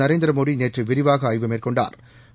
நரேந்திரமோடிநேற்றுவிரிவாகஆய்வு மேற்கொண்டாா்